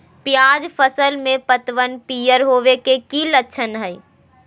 प्याज फसल में पतबन पियर होवे के की लक्षण हय?